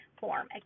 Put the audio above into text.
form